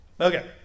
okay